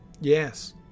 Yes